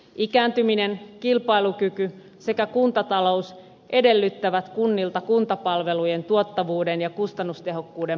ikääntyminen kilpailukyky sekä kuntatalous edellyttävät kunnilta kuntapalvelujen tuottavuuden ja kustannustehokkuuden parantamista